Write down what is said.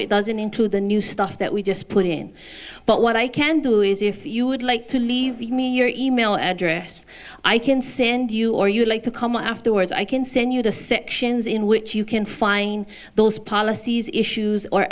it doesn't into the new stuff that we just put in but what i can do is if you would like to leave me your email address i can send you or you'd like to come afterwards i can send you the sections in which you can find those policies issues or